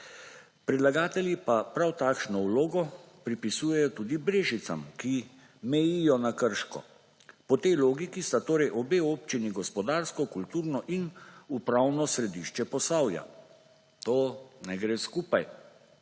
predlagatelji pa prav takšno vlogo pripisujejo tudi Brežicam, ki mejijo na Krško. Po tej logiki sta torej obe občini gospodarsko, kulturno in upravno središče Posavja. To ne gre skupaj.